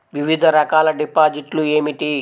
వివిధ రకాల డిపాజిట్లు ఏమిటీ?